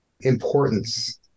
importance